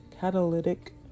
catalytic